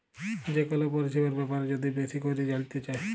যে কল পরিছেবার ব্যাপারে যদি বেশি ক্যইরে জালতে চায়